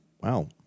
Wow